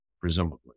presumably